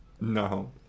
No